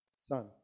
son